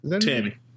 Tammy